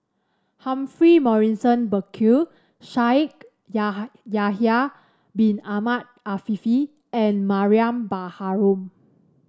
Humphrey Morrison Burkill Shaikh Yahya Bin Ahmed Afifi and Mariam Baharom